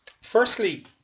Firstly